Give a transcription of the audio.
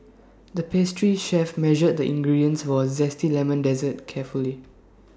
the pastry chef measured the ingredients for A Zesty Lemon Dessert carefully